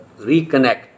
reconnect